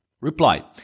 replied